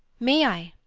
may i?